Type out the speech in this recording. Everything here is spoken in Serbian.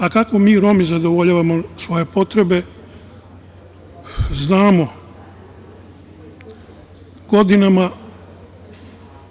A, kako mi Romi zadovoljavamo svoje potrebe, znamo.